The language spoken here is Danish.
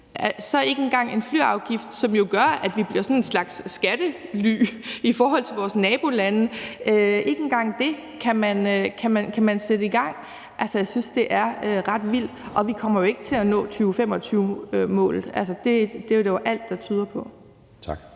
man ikke engang lave en flyafgift, hvilket jo gør, at vi bliver sådan en slags skattely i forhold til vores nabolande. Ikke engang det kan man sætte i gang. Jeg synes, det er ret vildt, og vi kommer jo ikke til at nå 2025-målet. Det er der jo alt der tyder på. Kl.